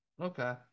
Okay